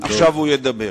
עכשיו הוא מדבר.